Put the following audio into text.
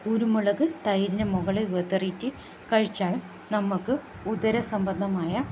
കുരുമുളക് തൈരിന് മുകളിൽ വിതറിയിട്ട് കഴിച്ചാൽ നമുക്ക് ഉദര സംബന്ധമായ